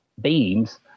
beams